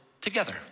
together